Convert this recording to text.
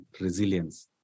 resilience